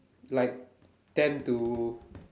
like ten to